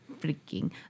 freaking